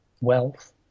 wealth